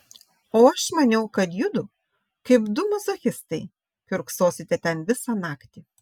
o aš maniau kad judu kaip du mazochistai kiurksosite ten visą naktį